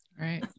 right